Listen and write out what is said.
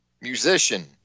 musician